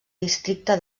districte